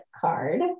card